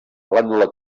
glàndula